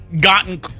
gotten